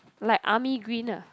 like army green ah